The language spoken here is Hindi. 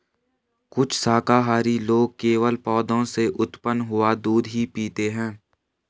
कुछ शाकाहारी लोग केवल पौधों से उत्पन्न हुआ दूध ही पीते हैं